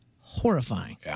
horrifying